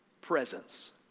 presence